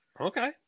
Okay